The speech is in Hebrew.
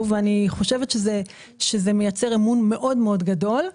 ואני חושבת שזה מייצר אמון מאוד מאוד גדול,